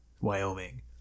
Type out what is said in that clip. Wyoming